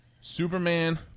superman